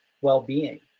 well-being